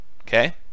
okay